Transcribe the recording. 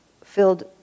filled